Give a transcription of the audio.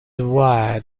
aware